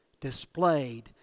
displayed